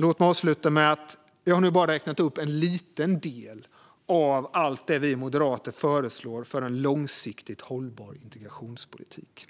Låt mig avsluta med att säga att jag nu har räknat upp bara en liten del av allt det vi moderater föreslår för en långsiktigt hållbar integrationspolitik.